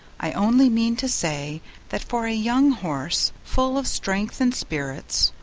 i only mean to say that for a young horse full of strength and spirits,